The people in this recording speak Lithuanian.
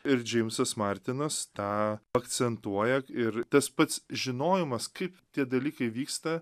ir džeimsas martinas tą akcentuoja ir tas pats žinojimas kaip tie dalykai vyksta